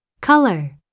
color